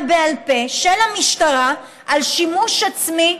בעל פה של המשטרה לגבי שימוש עצמי,